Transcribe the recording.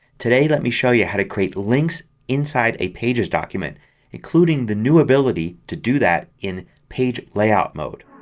today let me show you how to create links inside a pages document including the new ability to do that in page layout mode.